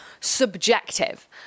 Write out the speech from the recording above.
subjective